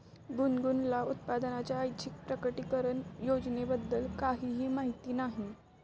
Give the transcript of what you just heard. गुनगुनला उत्पन्नाच्या ऐच्छिक प्रकटीकरण योजनेबद्दल काहीही माहिती नाही